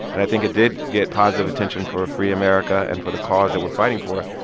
and i think it did get positive attention for freeamerica and for the cause that we're fighting for,